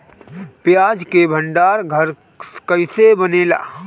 प्याज के भंडार घर कईसे बनेला?